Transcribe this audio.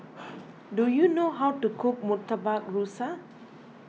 do you know how to cook Murtabak Rusa